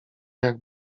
jak